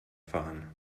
fahren